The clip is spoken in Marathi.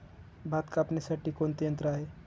भात कापणीसाठी कोणते यंत्र आहे?